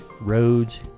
roads